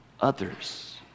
others